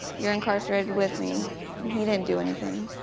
you're incarcerated with me. and he didn't do anything.